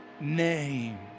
name